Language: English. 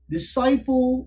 Disciple